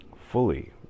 fully